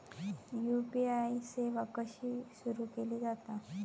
UPI सेवा कशी सुरू केली जाता?